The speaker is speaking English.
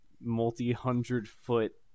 multi-hundred-foot